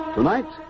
Tonight